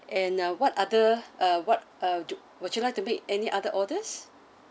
and uh what other uh what uh do would you like to make any other orders